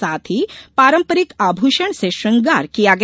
साथ ही पारम्परिक आभूषण से श्रृंगार किया गया